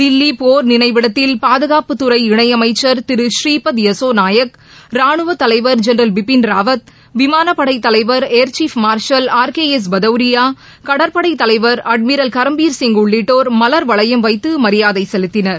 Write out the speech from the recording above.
தில்லி போர் நினைவிடத்தில் பாதுகாப்புத்துறை இணை அமைச்சா் திரு பூரீபத் யசோ நாயக் ரானுவத் தலைவா் ஜெனரல் பிபின் ராவத் விமானப்படை தலைவா் air chief marshal R K S Bhadauria கடற்படை தலைவர் அட்மிரல் கரம்பீர் சிங் உள்ளிட்டோர் மலர்வளையம் வைத்து மரியாதை செலுத்தினர்